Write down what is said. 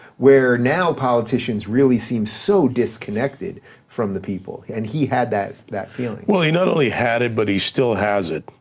where now politicians really seem so disconnected from the people, and he had that that feeling. well, he not only had it, but he still has it,